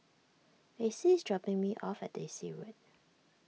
Acie is dropping me off at Daisy Road